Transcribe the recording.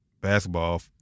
basketball